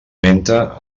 menta